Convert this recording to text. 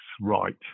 right